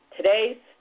Today's